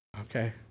Okay